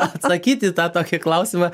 atsakyt į tą tokį klausimą